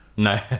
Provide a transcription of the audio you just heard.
No